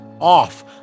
off